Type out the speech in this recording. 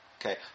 Okay